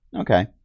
Okay